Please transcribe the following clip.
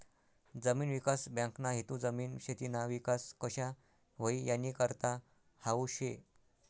जमीन विकास बँकना हेतू जमीन, शेतीना विकास कशा व्हई यानीकरता हावू शे